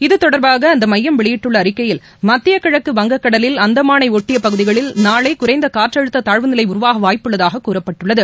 இத்தொடர்பாக அந்த மையம் வெளியிட்டுள்ள அறிக்கையில் மத்திய கிழக்கு வங்கக்கடலில் அந்தமானை ஒட்டிய பகுதிகளில் நாளை குறைந்த காற்றழுத்த தாழ்வு நிலை உருவாக வாய்ப்புள்ளதாக கூறப்பட்டுள்ளது